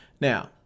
Now